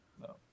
No